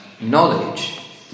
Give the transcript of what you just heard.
knowledge